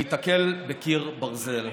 הוא ייתקל בקיר ברזל.